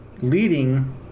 leading